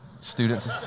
Students